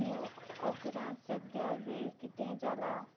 नीव वोकरांत सद्या वेळ कितें जाला